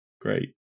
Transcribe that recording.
great